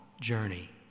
journey